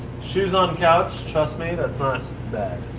shoes on couch, trust me, that's not bad.